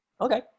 Okay